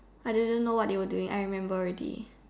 I didn't know what they were doing I remember already